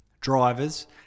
drivers